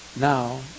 Now